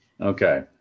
okay